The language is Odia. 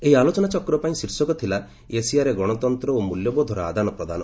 ଏହି ଆଲୋଚନାଚକ୍ର ପାଇଁ ଶୀର୍ଷକ ଥିଲା ଏସିଆରେ ଗଣତନ୍ତ ଓ ମ୍ବଲ୍ୟବୋଧର ଆଦାନପ୍ରଦାନ